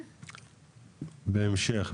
בהמשך.